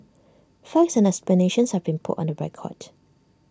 facts and explanations have been put on the record